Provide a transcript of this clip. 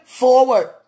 forward